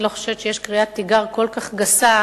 אני לא חושבת שהיתה קריאת תיגר כל כך גסה